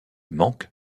manque